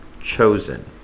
chosen